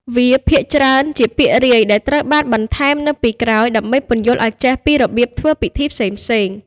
វាភាគច្រើនជា ពាក្យរាយ ដែលត្រូវបានបន្ថែមនៅពេលក្រោយ ដើម្បីពន្យល់ឱ្យចេះពីរបៀបធ្វើពិធីផ្សេងៗ។